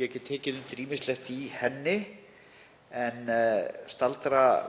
Ég get tekið undir ýmislegt í henni en ætla